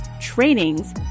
trainings